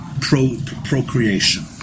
procreation